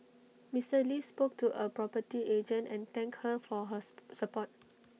Mister lee spoke to A property agent and thank her for hers support